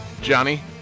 Johnny